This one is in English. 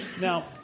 Now